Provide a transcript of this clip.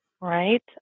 right